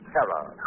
Terror